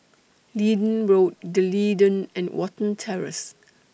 Leedon Road D'Leedon and Watten Terrace